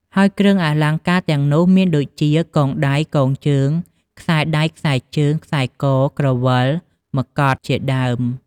ហើយគ្រឿងអលង្ការទាំងនោះមានដូចជា កងដៃ កងជើង ខ្សែដៃ ខ្សែជើង ខ្សែក ក្រវិល មកុដ ជាដើម។